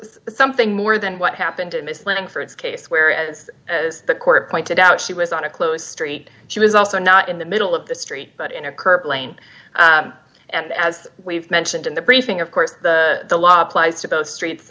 something more than what happened to miss lynn and for its case where is the court pointed out she was on a close street she was also not in the middle of the street but in a curb lane and as we've mentioned in the briefing of course the law applies to both streets